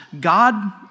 God